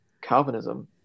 calvinism